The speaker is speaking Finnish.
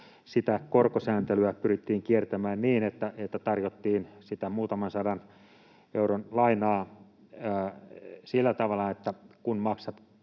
sitä korkosääntelyä pyrittiin kiertämään niin, että tarjottiin sitä muutaman sadan euron lainaa sillä tavalla, että kun maksat